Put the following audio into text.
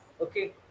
okay